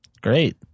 Great